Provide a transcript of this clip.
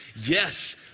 Yes